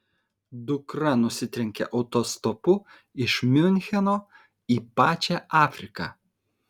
dukra nusitrenkė autostopu iš miuncheno į pačią afriką